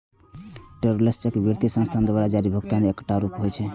travellers cheque वित्तीय संस्थान द्वारा जारी भुगतानक एकटा रूप होइ छै